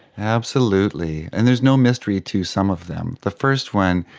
absolutely, and there's no mystery to some of them. the first one,